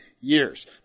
years